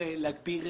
להגביר